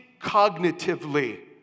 cognitively